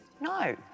No